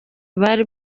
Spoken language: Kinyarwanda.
bari